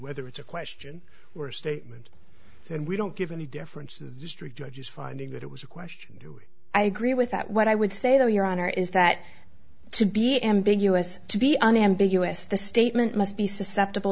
whether it's a question we're statement and we don't give any differences strict judges finding that it was a question i agree with that what i would say though your honor is that to be ambiguous to be unambiguous the statement must be susceptible